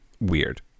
weird